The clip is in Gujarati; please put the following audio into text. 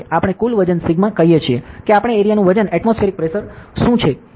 આપણે કુલ વજન સિગ્મા કહી શકીએ કે આપણા એરીયાનું વજન એટમોસ્ફિએરિક પ્રેશર શું છે